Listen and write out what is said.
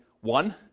one